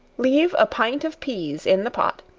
leave a pint of peas in the pot,